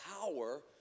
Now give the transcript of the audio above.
Power